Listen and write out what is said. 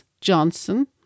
Johnson